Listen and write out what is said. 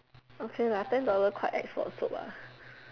okay lah ten dollar quite ex for soup ah